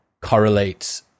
correlates